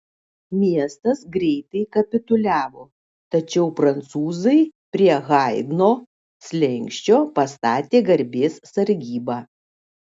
miestas greitai kapituliavo tačiau prancūzai prie haidno slenksčio pastatė garbės sargybą